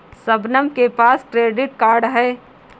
शबनम के पास credit card है